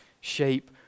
shape